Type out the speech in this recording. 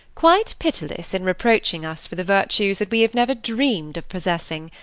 quite pitiless, in reproaching us for the virtues that we have never dreamed of possessing.